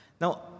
Now